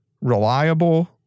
reliable